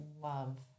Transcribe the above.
love